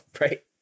right